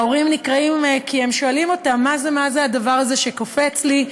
ההורים נקראים כי הם שואלים אותם: מה זה הדבר הזה שקופץ לי?